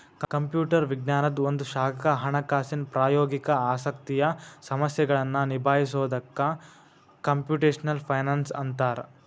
computer ವಿಜ್ಞಾನದ್ ಒಂದ ಶಾಖಾ ಹಣಕಾಸಿನ್ ಪ್ರಾಯೋಗಿಕ ಆಸಕ್ತಿಯ ಸಮಸ್ಯೆಗಳನ್ನ ನಿಭಾಯಿಸೊದಕ್ಕ ಕ್ಂಪುಟೆಷ್ನಲ್ ಫೈನಾನ್ಸ್ ಅಂತ್ತಾರ